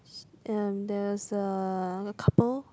and there's a couple